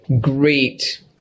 great